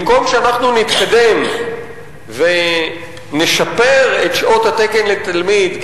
במקום שאנחנו נתקדם ונשפר את שעות התקן לתלמיד כי